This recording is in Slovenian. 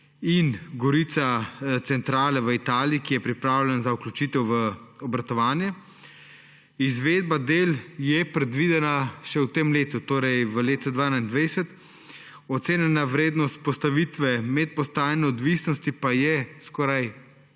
in Gorica Centrale v Italiji, ki je pripravljen za vključitev v obratovanje. Izvedba del je predvidena še v tem letu, torej v letu 2021, ocenjena vrednost postavitve medpostajne odvisnosti pa je skoraj